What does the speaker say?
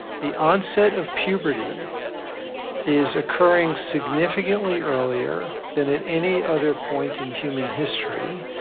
the onset of puberty is occurring significantly earlier than at any other point in human history.